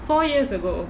four years ago